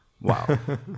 Wow